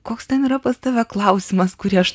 koks ten yra pas tave klausimas kurį aš